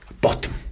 bottom